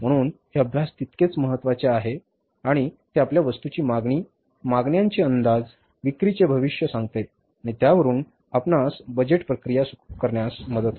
म्हणून हे अभ्यास तितकेच महत्वाचे आहेत आणि ते आपल्या वस्तूची मागणी मागण्यांचे अंदाज विक्रीचे भविष्य सांगते आणि त्यावरून आपणास बजेट प्रक्रिया सुरू करण्यास मदत होते